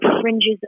fringes